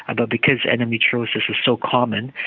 ah but because endometriosis is so common,